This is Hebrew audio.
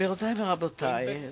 גבירותי ורבותי,